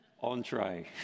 entree